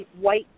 white